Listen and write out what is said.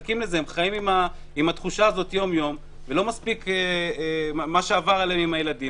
הם חיים עם התחושה הזו יום יום ולא מספיק מה שעבר עליהם עם הילדים,